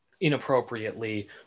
inappropriately